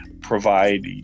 provide